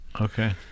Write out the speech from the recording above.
okay